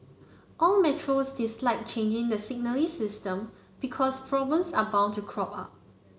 all metros dislike changing the signalling system because problems are bound to crop up